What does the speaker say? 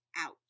out